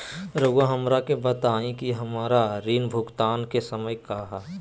रहुआ हमरा के बताइं कि हमरा ऋण भुगतान के समय का बा?